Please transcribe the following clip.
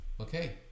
Okay